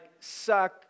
suck